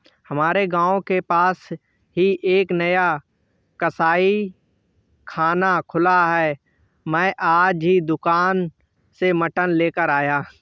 हमारे गांव के पास ही एक नया कसाईखाना खुला है मैं आज ही दुकान से मटन लेकर आया